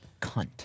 cunt